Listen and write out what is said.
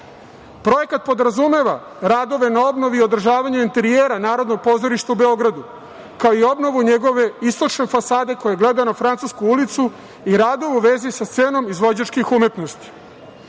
Projekat podrazumeva radove na obnovi i održavanju interijera Narodnog pozorišta u Beogradu, kao i obnovu njegove istočne fasade koja gleda na „Francusku ulicu“ i radove u vezi sa scenom izvođačkih umetnosti. Takođe,